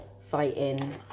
fighting